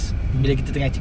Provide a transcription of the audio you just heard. mmhmm